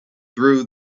through